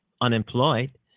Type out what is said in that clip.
unemployed